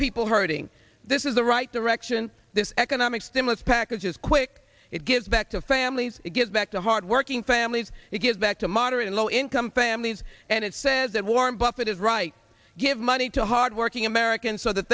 people hurting this is the right direction this economic stimulus package is quick it gives back to families it gives back to hardworking families it gives back to moderate and low income families and it says that warren buffett is right give money to hardworking americans so that